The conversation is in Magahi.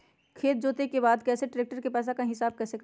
खेत जोते के बाद कैसे ट्रैक्टर के पैसा का हिसाब कैसे करें?